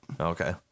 Okay